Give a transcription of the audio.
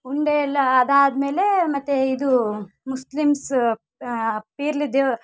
ಉಂಡೆ ಎಲ್ಲ ಅದಾದ ಮೇಲೆ ಮತ್ತು ಇದು ಮುಸ್ಲಿಮ್ಸ್ ಪೀರ್ಲು ದೆ